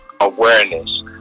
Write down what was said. awareness